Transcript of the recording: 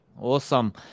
Awesome